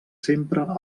sempre